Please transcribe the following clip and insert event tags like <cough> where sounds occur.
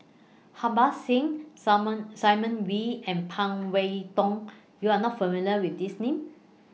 Harbans Singh <unintelligible> Simon Wee and Phan Wait Hong YOU Are not familiar with These Names